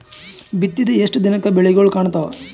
ಬಿತ್ತಿದ ಎಷ್ಟು ದಿನಕ ಬೆಳಿಗೋಳ ಕಾಣತಾವ?